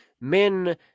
men